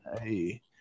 Hey